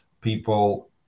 People